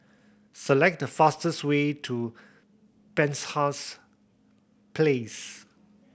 select the fastest way to Penshurst Place